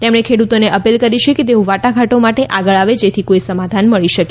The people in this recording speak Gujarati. તેમણે ખેડૂતોને અપીલ કરી કે તેઓ વાટાઘાટો માટે આગળ આવે જેથી કોઈ સમાધાન મળી શકે